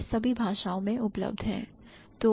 यह सभी भाषाओं में उपलब्ध हैं